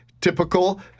typical